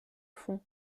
fond